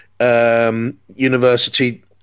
University